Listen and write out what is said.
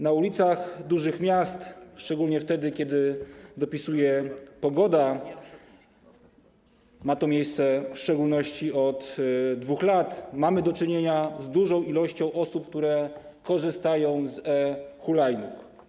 Na ulicach dużych miast, szczególnie kiedy dopisuje pogoda, ma to miejsce w szczególności od 2 lat, mamy do czynienia z dużą liczbą osób, które korzystają z e-hulajnóg.